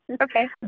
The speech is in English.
Okay